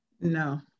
No